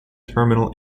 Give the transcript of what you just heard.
terminal